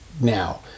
now